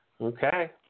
Okay